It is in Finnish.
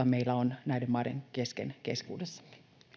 meillä on näiden maiden kesken keskuudessamme